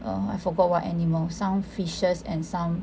err I forgot what animal some fishes and some